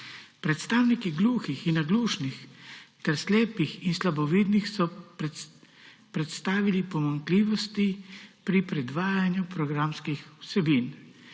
Predstavniki gluhih in naglušnih ter slepih in slabovidnih so predstavili pomanjkljivosti pri predvajanju programskih vsebin.